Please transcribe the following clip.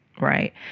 Right